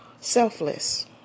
Selfless